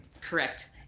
correct